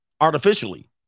artificially